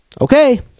Okay